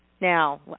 Now